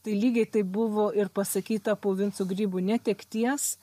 tai lygiai taip buvo ir pasakyta po vinco grybo netekties